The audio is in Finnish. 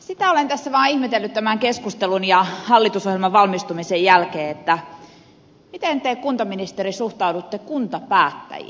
sitä olen tässä vaan ihmetellyt tämän keskustelun ja hallitusohjelman valmistumisen jälkeen että miten te kuntaministeri suhtaudutte kuntapäättäjiin